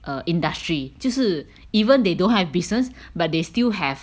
a industry 就是 even they don't have business but they still have